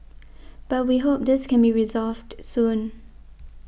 but we hope this can be resolved soon